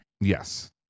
Yes